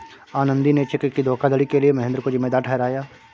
आनंदी ने चेक की धोखाधड़ी के लिए महेंद्र को जिम्मेदार ठहराया